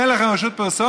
אין לך רשות פרסומת,